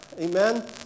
Amen